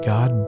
God